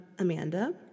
amanda